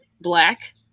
black